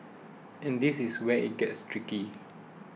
and this is where it gets tricky